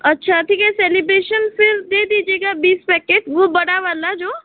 अच्छा ठीक है सेलिब्रेशन फिर दे दीजिएगा बीस पैकेट वह बड़ा वाला जो